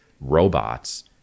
robots